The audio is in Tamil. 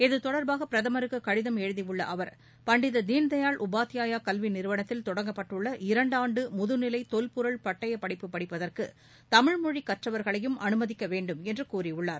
இது தொடர்பாக பிரதமருக்கு கடிதம் எழுதியுள்ள அவர் பண்டித தீன்தயாள் உபாத்யாயா கல்வி நிறுவனத்தில் தொடங்கப்பட்டுள்ள இரண்டாண்டு முதுநிலை தொல்பொருள் பட்டயப்படிப்பு படிப்பதற்கு தமிழ் மொழி கற்றவர்களையும் அனுமதிக்க வேண்டும் என்று கூறியுள்ளார்